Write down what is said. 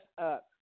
up